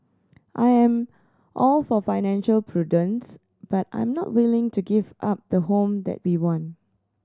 I am all for financial prudence but I'm not willing to give up the home that we want